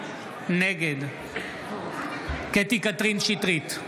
נגד קטי קטרין שטרית,